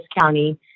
County